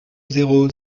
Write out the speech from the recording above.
zéro